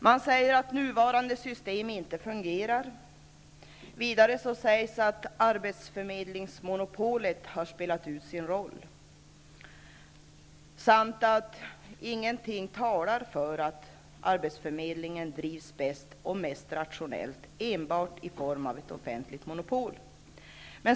Man säger att nuvarande system inte fungerar. Vidare sägs det att arbetsförmedlingsmonopolet har spelat ut sin roll samt att ingenting talar för att arbetsförmedling drivs bäst och mest rationellt enbart i form av ett offentligt monopol.